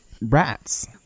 rats